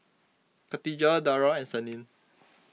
Katijah Dara and Senin